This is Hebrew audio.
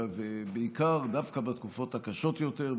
ובעיקר ודווקא בתקופות הקשות יותר.